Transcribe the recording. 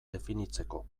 definitzeko